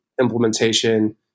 implementation